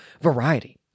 variety